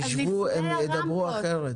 הם ידברו אחרת.